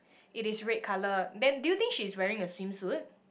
it is read colour then do you think she is wearing a swimsuit